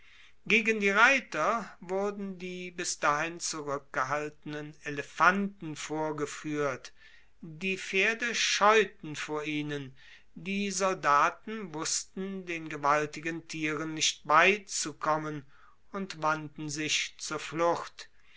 gegen die reiter wurden die bis dahin zurueckgehaltenen elefanten vorgefuehrt die pferde scheuten vor ihnen die soldaten wussten den gewaltigen tieren nicht beizukommen und wandten sich zur flucht